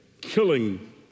killing